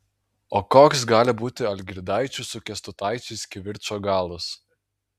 o koks gali būti algirdaičių su kęstutaičiais kivirčo galas